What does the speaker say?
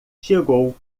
chegou